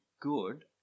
good